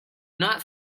not